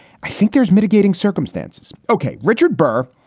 i think there's mitigating circumstances. ok. richard burr,